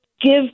give